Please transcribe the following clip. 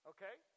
Okay